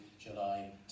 July